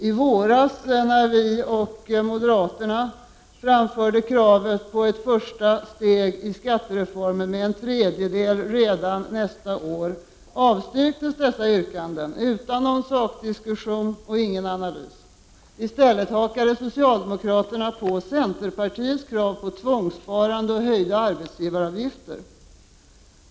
I våras, när vi och moderaterna förde fram kravet på ett första steg i skattereformen med en tredjedel redan nästa år, avstyrktes dessa yrkanden utan någon sakdiskussion eller analys. I stället hakade socialdemokraterna på centerpartiets krav på tvångssparande och höjda arbetsgivaravgifter.